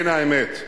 הנה האמת,